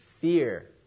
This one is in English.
Fear